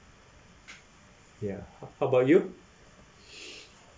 ya how about you